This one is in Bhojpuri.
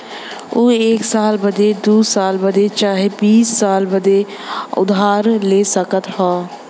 ऊ एक साल बदे, दुइ साल बदे चाहे बीसो साल बदे उधार ले सकत हौ